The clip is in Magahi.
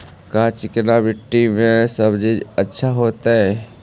का चिकना मट्टी में सब्जी अच्छा होतै?